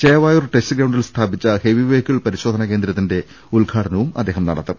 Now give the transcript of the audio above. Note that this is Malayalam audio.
ചേവായൂർ ടെസ്റ്റ് ഗ്രൌണ്ടിൽ സ്ഥാപിച്ച ഹെവി വെഹിക്കിൾ പരിശോധനാ കേന്ദ്രത്തിന്റെ ഉദ്ഘാടനവും അദ്ദേഹം നടത്തും